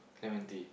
Clementi